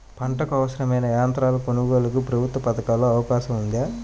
పంటకు అవసరమైన యంత్రాల కొనగోలుకు ప్రభుత్వ పథకాలలో అవకాశం ఉందా?